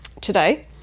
today